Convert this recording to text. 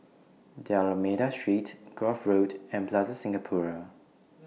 D'almeida Street Grove Road and Plaza Singapura